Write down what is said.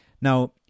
Now